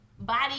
body